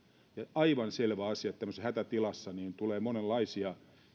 aivan selvä asia että tämmöisessä hätätilassa tulee monenlaisia